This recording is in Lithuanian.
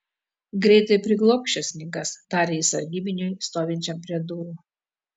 greitai priglobk šias knygas tarė jis sargybiniui stovinčiam prie durų